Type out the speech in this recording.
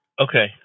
Okay